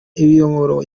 imiyoboro